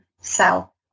sell